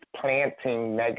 planting